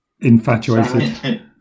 Infatuated